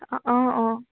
অঁ অঁ অঁ